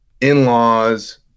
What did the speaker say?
in-laws